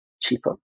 cheaper